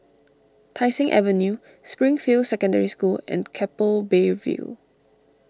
Tai Seng Avenue Springfield Secondary School and Keppel Bay View